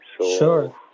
Sure